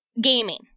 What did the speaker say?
gaming